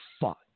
fuck